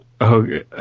Okay